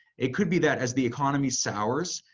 it could be that as the economy sours,